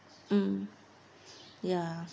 mm ya